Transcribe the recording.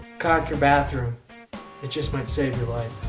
caulk your bathroom it just might save your life.